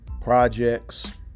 projects